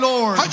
Lord